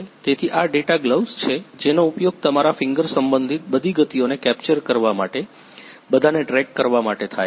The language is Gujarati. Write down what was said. તેથી આ ડેટા ગ્લોવ્સ છે જેનો ઉપયોગ તમારા ફિંગર સંબંધિત બધી ગતિઓને કેપ્ચર કરવા માટે બધાને ટ્રેક કરવા માટે થાય છે